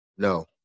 No